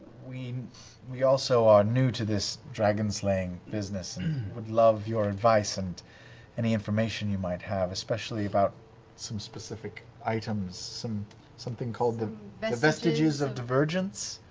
we we also are new to this dragon-slaying business and would love your advice and any information you might have, especially about some specific items. something called the vestiges of divergence?